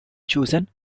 chosen